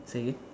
say